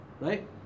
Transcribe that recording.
right